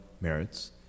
merits